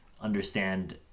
understand